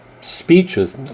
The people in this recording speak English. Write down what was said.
speeches